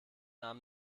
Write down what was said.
nahm